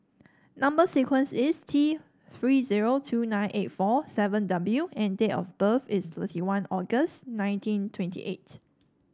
number sequence is T Three zero two nine eight four seven W and date of birth is thirty one August nineteen twenty eight